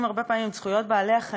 הרבה פעמים את זכויות בעלי-החיים.